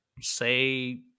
say